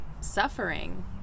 suffering